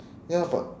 ya but